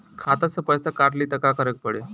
खाता से पैसा काट ली त का करे के पड़ी?